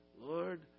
Lord